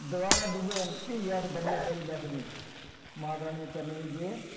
दबारा दुए दिन फ्ही अस बडलै सवेल्ले सते माता दे चरणें बिच्च गे